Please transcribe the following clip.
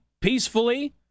peacefully